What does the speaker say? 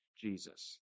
Jesus